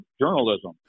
journalism